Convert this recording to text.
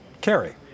Kerry